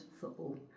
football